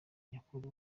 nyakuri